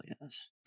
yes